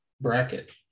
bracket